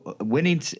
winning